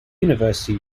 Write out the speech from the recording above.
university